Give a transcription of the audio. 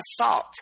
assault